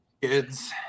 kids